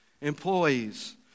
Employees